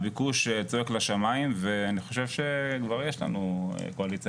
הביקוש זועק לשמיים ואני חושב שכבר יש לנו קואליציה